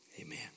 amen